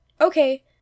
Okay